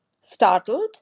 Startled